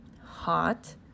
hot